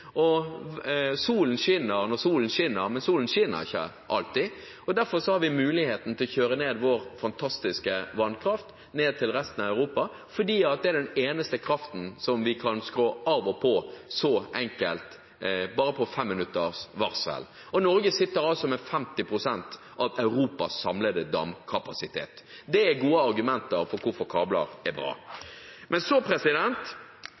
Solen skinner når solen skinner, men solen skinner ikke alltid. Derfor har vi muligheten til å kjøre ned vår fantastiske vannkraft til resten av Europa, for det er den eneste kraften som vi kan skru av og på så enkelt, på bare fem minutters varsel. Norge sitter med 50 pst. av Europas samlede damkapasitet. Det er gode argumenter for hvorfor kabler er bra. Men så